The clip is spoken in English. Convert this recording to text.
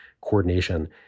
coordination